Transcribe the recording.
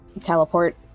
teleport